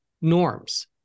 norms